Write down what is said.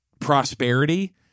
prosperity